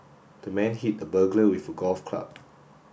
the man hit the burglar with a golf club